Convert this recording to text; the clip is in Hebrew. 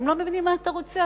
הם לא מבינים מה אתה רוצה,